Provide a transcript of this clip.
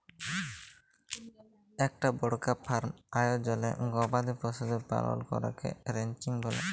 ইকটা বড়কা ফার্ম আয়জলে গবাদি পশুদের পালল ক্যরাকে রানচিং ব্যলে